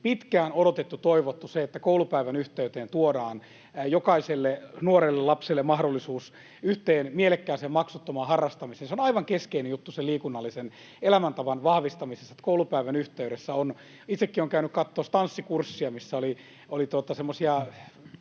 pitkään odotettu, toivottu — se, että koulupäivän yhteyteen tuodaan jokaiselle nuorelle, lapselle mahdollisuus yhteen mielekkääseen maksuttomaan harrastukseen — se on aivan keskeinen juttu sen liikunnallisen elämäntavan vahvistamisessa, että koulupäivän yhteydessä on... Itsekin olen käynyt katsomassa tanssikurssia, missä oli semmoisia